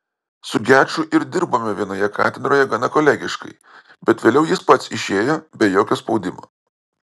su geču ir dirbome vienoje katedroje gana kolegiškai bet vėliau jis pats išėjo be jokio spaudimo